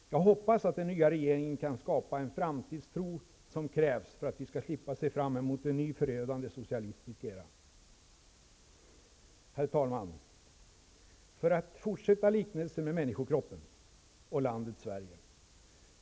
Jag hoppas att den nya regeringen kan skapa den framtidstro som krävs för att vi skall slippa se fram mot en ny förödande socialistisk era. Herr talman! Låt mig fortsätta på liknelsen mellan människokroppen och landet Sverige.